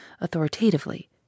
authoritatively